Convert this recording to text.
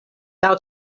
laŭ